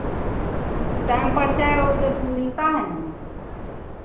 time पर चाय और दे मिलता है ना